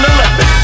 Eleven